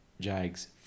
Jags